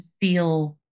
feel